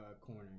corner